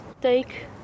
take